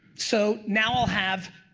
so, now we'll have,